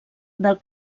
del